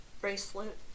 bracelet